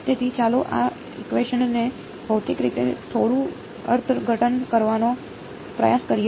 તેથી ચાલો આ ઇકવેશન ને ભૌતિક રીતે થોડું અર્થઘટન કરવાનો પ્રયાસ કરીએ